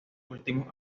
últimos